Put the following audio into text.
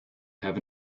have